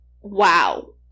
wow